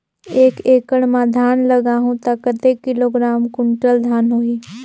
एक एकड़ मां धान लगाहु ता कतेक किलोग्राम कुंटल धान होही?